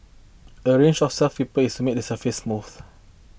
a range of is made the surface smooth